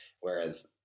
whereas